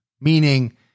Meaning